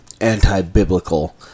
anti-biblical